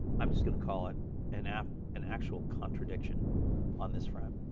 i'm just going to call it and an and actual contradiction on this front.